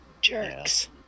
jerks